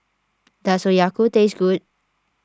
does Oyaku taste good